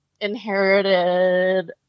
inherited